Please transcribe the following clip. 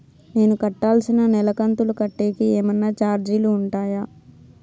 నేను కట్టాల్సిన నెల కంతులు కట్టేకి ఏమన్నా చార్జీలు ఉంటాయా?